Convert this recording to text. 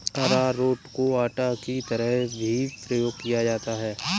अरारोट को आटा की तरह भी प्रयोग किया जाता है